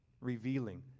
revealing